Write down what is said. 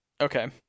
Okay